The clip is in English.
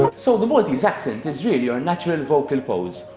but so the maltese accent is really your natural vocal pose,